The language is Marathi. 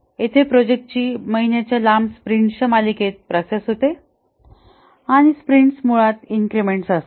येथे प्रोजेक्ट ची महिन्याच्या लांब स्प्रिंट्सच्या मालिकेत प्रोसेस होत असते आणि स्प्रिंट्स मुळात इन्क्रिमेंट्स असतात